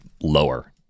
lower